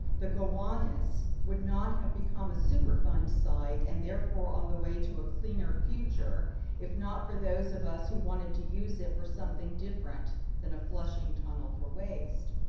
the gowanus would not have become a superfund site and therefore on the way to a cleaner future if not for those of us who wanted to use it for something different than a flushing tunnel for waste.